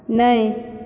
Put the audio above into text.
नहि